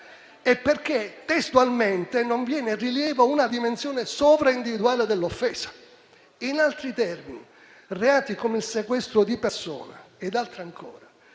e perché - testualmente - non «viene in rilievo una dimensione sovra-individuale dell'offesa». In altri termini, reati come il sequestro di persona ed altri ancora,